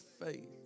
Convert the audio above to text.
faith